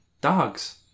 dogs